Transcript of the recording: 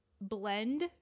blend